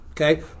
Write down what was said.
Okay